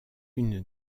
une